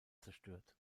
zerstört